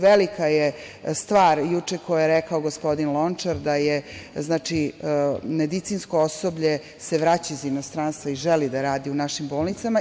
Velika je stvar koju je juče rekao gospodin Lončar, da se medicinsko osoblje vraća iz inostranstva i želi da radi u našim bolnicama.